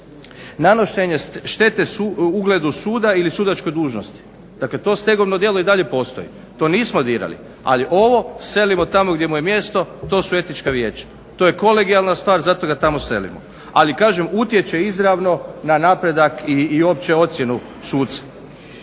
nanošenje štete ugledu suda ili sudačke dužnosti, dakle to stegovno djelo i dalje postoji, to nismo dirali, ali ovo selimo tamo gdje mu je mjesto, to su etička vijeća. To je kolegijalna stvar, zato ga tamo selimo. Ali kažem, utječe izravno na napredak i uopće ocjenu suca.